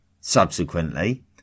Subsequently